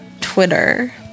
Twitter